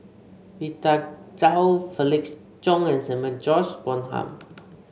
Rita Chao Felix Cheong and Samuel George Bonham